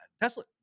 Tesla